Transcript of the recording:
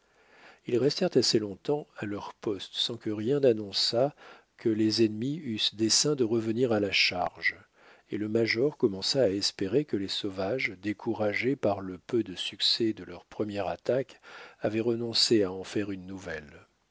ils restèrent assez longtemps à leur poste sans que rien annonçât que les ennemis eussent dessein de revenir à la charge et le major commença à espérer que les sauvages découragés par le peu de succès de leur première attaque avaient renoncé à en faire une nouvelle